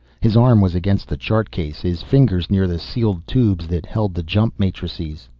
his arm was against the chart case, his fingers near the sealed tubes that held the jump matrices.